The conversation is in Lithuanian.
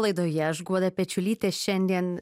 laidoje aš guoda pečiulytė šiandien